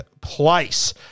place